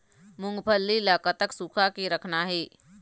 मूंगफली ला कतक सूखा के रखना हे?